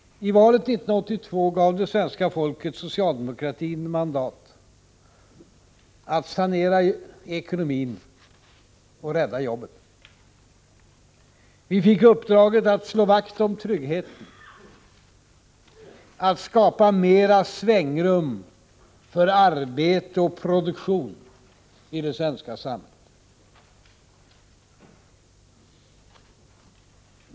I valet 1982 gav det svenska folket socialdemokraterna mandat att sanera ekonomin och rädda jobben. Vi fick uppdraget att slå vakt om tryggheten, att skapa mer svängrum för arbete och produktion i det svenska samhället.